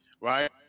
right